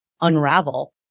unravel